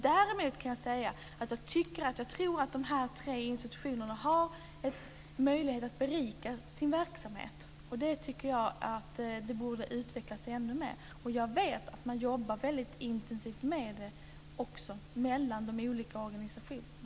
Däremot kan jag säga att jag tror att de här tre institutionerna har möjlighet att berika verksamheten. Det tycker jag borde utvecklas ännu mer. Jag vet också att man jobbar väldigt intensivt med det mellan de olika organisationerna.